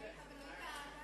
אבל ראית אהדה יוצאת דופן.